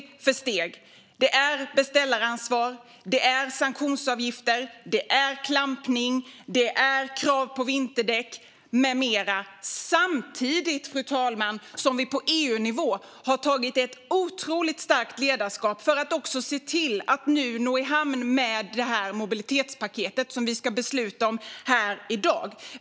Då ser vi att det är beställaransvar, sanktionsavgifter, klampning, krav på vinterdäck med mera. Samtidigt har vi på EU-nivå visat ett otroligt starkt ledarskap för att se till att ro i hamn mobilitetspaketet, som vi ska besluta om här i dag.